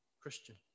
Christian